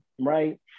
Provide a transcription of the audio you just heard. right